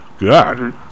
God